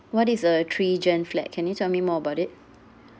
what is a three gen flat can you tell me more about it